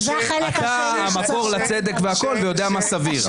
אתה המקור לצדק והכול, ויודע מה סביר.